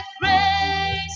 grace